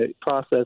process